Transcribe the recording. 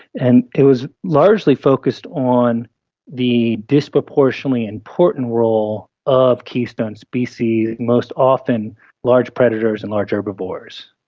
and it was largely focused on the disproportionately important role of keystone species, most often large predators and large herbivores.